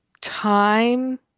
time